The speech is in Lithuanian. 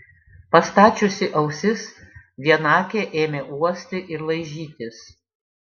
pastačiusi ausis vienakė ėmė uosti ir laižytis